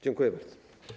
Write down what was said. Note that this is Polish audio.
Dziękuję bardzo.